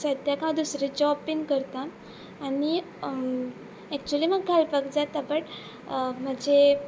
सद्याक हांव दुसरे जॉब बीन करता आनी एक्चुली म्हाका घालपाक जाता बट म्हजे